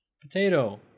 potato